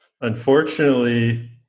unfortunately